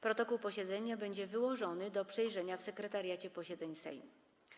Protokół posiedzenia będzie wyłożony do przejrzenia w Sekretariacie Posiedzeń Sejmu.